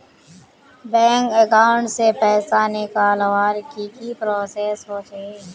Bank account से पैसा निकालवर की की प्रोसेस होचे?